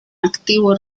activo